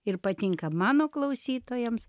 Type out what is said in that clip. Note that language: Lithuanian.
ir patinka mano klausytojams